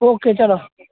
okay ચાલો